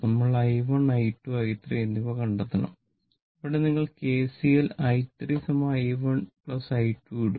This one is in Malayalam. നമ്മൾ i1 i2 i3 എന്നിവ കണ്ടെത്തണം ഇവിടെ നിങ്ങൾ KCL i3 i1 i2 ഇടും